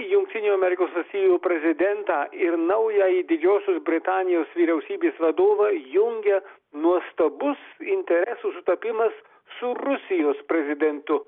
jungtinių amerikos valstijų prezidentą ir naująjį didžiosios britanijos vyriausybės vadovą jungia nuostabus interesų sutapimas su rusijos prezidentu